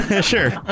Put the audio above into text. Sure